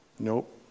Nope